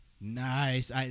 Nice